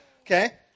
Okay